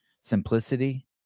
Simplicity